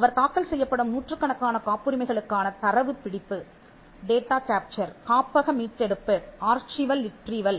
அவர் தாக்கல் செய்யப்படும் நூற்றுக்கணக்கான காப்புரிமைகளுக்கான தரவு பிடிப்பு காப்பக மீட்டெடுப்புarchival retrieval